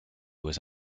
was